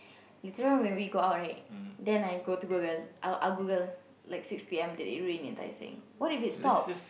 later on when we out right then I go to Google I'll I'll Google like six p_m did it rain in Tai-Seng what if it stops